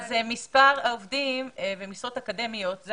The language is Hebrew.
הנתון על התאגידים ל-2018 הוא